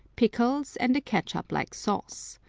pickles, and a catsup-like sauce.